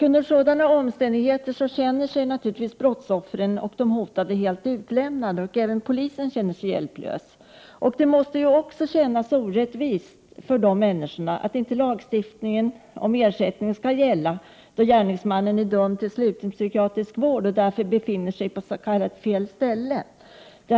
Under sådana omständigheter känner sig både brottsoffren och de hotade helt utlämnade, och även polisen känner sig hjälplös. Det måste naturligtvis kännas orättvist för de drabbade att inte lagstiftningen om ersättning skall gälla, då gärningsmannen är dömd till sluten psykiatrisk vård och därför befinner sig på s.k. fel ställe.